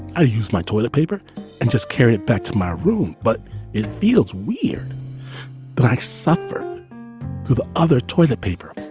i used my toilet paper and just carried it back to my room. but it feels weird that i suffer through the other toilet paper.